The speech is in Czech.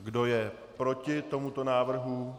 Kdo je proti tomuto návrhu?